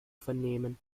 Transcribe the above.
vernehmen